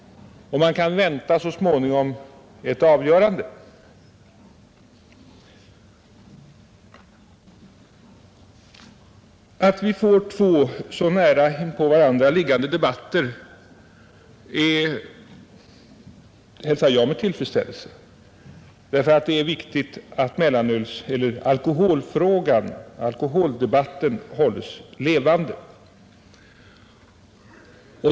Man kan vänta ett avgörande så småningom. Att vi får två debatter så nära inpå varandra hälsar jag med tillfredsställel se, ty det är viktigt att alkoholdebatten hålls levande.